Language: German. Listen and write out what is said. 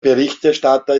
berichterstatter